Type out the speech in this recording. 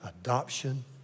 adoption